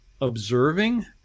observing